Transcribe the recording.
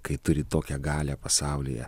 kai turi tokią galią pasaulyje